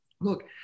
Look